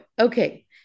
okay